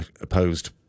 opposed